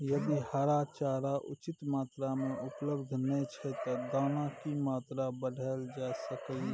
यदि हरा चारा उचित मात्रा में उपलब्ध नय छै ते दाना की मात्रा बढायल जा सकलिए?